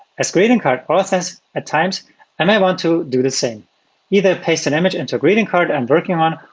as greeting card process, at times i may want to do the same either paste an image into a greeting card i'm working on,